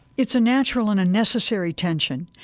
it's a natural and a necessary tension.